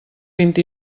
vint